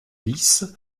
dix